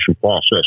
process